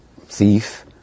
thief